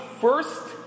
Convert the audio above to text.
first